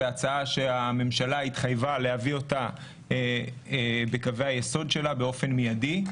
בהצעה שהממשלה התחייבה להביא בקווי היסוד שלה באופן מיידי.